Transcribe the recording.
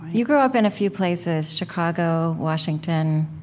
you grew up in a few places chicago, washington,